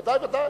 ודאי, ודאי.